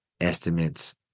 estimates